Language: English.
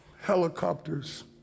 helicopters